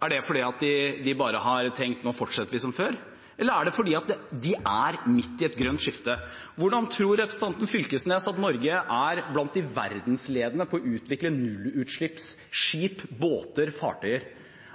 Er det fordi de bare har tenkt at nå fortsetter vi som før, eller er det fordi de er midt i en grønt skifte? Hvordan tror representanten Knag Fylkesnes at Norge er blant de verdensledende på å utvikle nullutslippsskip, -båter, -fartøyer?